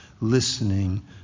listening